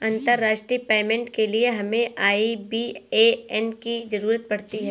अंतर्राष्ट्रीय पेमेंट के लिए हमें आई.बी.ए.एन की ज़रूरत पड़ती है